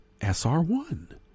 SR1